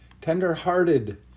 tender-hearted